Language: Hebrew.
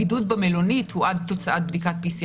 הבידוד במלונית הוא עד תוצאת בדיקת PCR